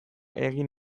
egin